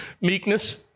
Meekness